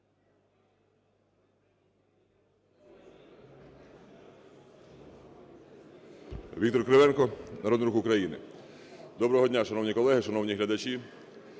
Віктор Кривенко, Народний Рух України. Доброго дня, шановні колеги, шановні глядачі!